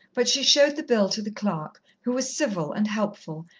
but she showed the bill to the clerk, who was civil and helpful,